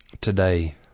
today